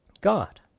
God